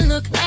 Look